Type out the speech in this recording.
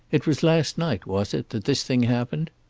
it was last night, was it, that this thing happened?